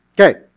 Okay